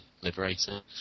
Liberator